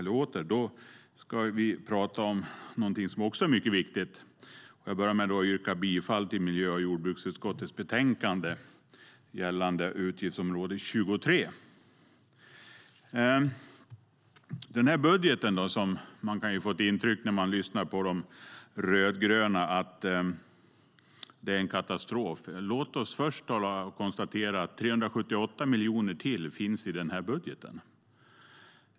Låt oss tala om något som också är mycket viktigt. Jag börjar med att yrka bifall till förslaget i miljö och jordbruksutskottets betänkande gällande utgiftsområde 23.När man lyssnar på de rödgröna kan man få intrycket att budgeten är en katastrof. Låt oss först konstatera att det finns ytterligare 378 miljoner i budgeten.